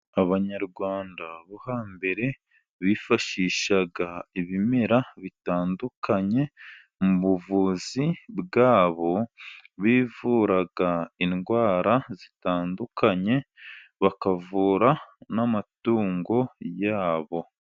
Abanyarwanda bo hambere bifashishaga ibimera bitandukanye mu buvuzi bwabo, bivuraga indwara zitandukanye, bakavura n'amatungo yabo.